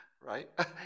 Right